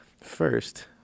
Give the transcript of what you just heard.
first